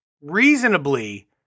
reasonably